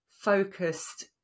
focused